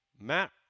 Matt